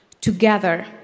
together